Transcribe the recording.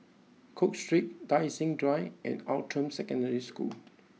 cook Street Tai Seng Drive and Outram Secondary School